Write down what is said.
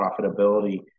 profitability